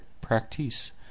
practice